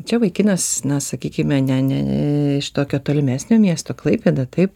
čia vaikinas na sakykime ne ne ne iš tokio tolimesnio miesto klaipėda taip